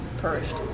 perished